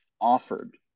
offered